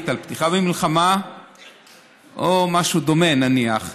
על פתיחה במלחמה או משהו דומה נניח.